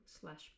slash